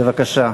בבקשה.